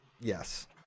Yes